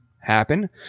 happen